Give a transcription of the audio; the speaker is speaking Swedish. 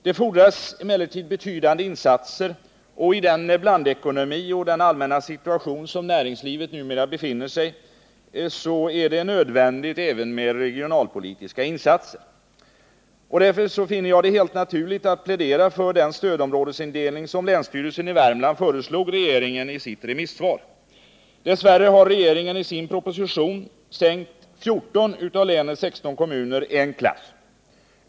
Det fordras emellertid betydande insatser, och i den blandekonomi och den allmänna situation som näringslivet numera hamnat i är det också nödvändigt med regionalpolitiska insatser. Därför finner jag det helt naturligt att plädera för den stödområdesindelning som länsstyrelsen i Värmland föreslog regeringen i sitt remissvar. Dess värre har regeringen i sin proposition sänkt 14 av länets 16 kommuner en klass.